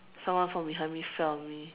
someone from behind me fell on me